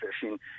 fishing